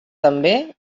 també